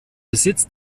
besitz